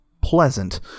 pleasant